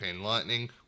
lightning